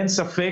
אין ספק,